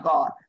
God